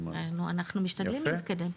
אנחנו משתדלים להתקדם.